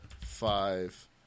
five